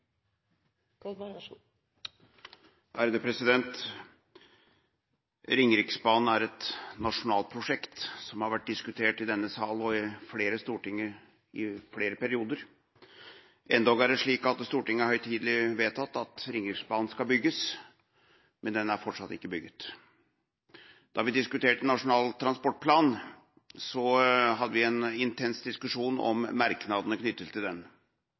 prosjektene så snart som mulig. De talerne som heretter får ordet, har en taletid på inntil 3 minutter. Ringeriksbanen er et nasjonalt prosjekt som har vært diskutert i denne sal i flere perioder. Det er endog slik at Stortinget høytidelig har vedtatt at Ringeriksbanen skal bygges, men den er fortsatt ikke bygd. Da vi diskuterte Nasjonal transportplan, hadde vi en intens diskusjon om merknadene knyttet til den,